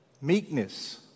meekness